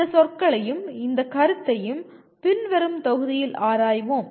இந்த சொற்களையும் இந்த கருத்தையும் பின்வரும் தொகுதியில் ஆராய்வோம்